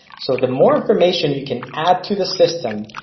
so the more information you can add to the system,